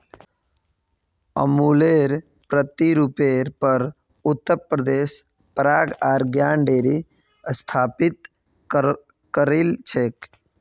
अमुलेर प्रतिरुपेर पर उत्तर प्रदेशत पराग आर ज्ञान डेरी स्थापित करील छेक